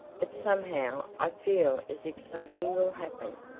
but somehow i feel as if something will happen,